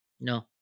No